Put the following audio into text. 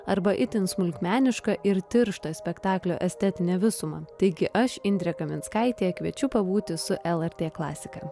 arba itin smulkmenišką ir tirštą spektaklio estetinę visumą taigi aš indrė kaminskaitė kviečiu pabūti su lrt klasika